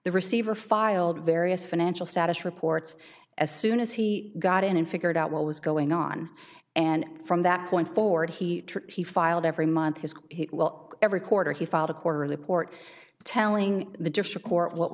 the receiver filed various financial status reports as soon as he got in and figured out what was going on and from that point forward he he filed every month his every quarter he filed a quarterly report telling the